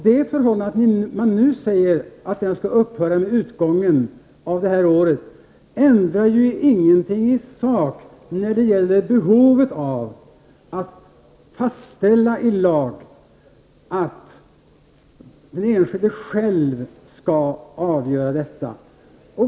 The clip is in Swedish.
Det förhållandet att man nu säger att detta skall upphöra i och med utgången av detta år ändrar ingenting i sak när det gäller behovet av att i lag fastställa att detta är något som skall avgöras av den enskilde själv.